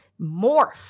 morph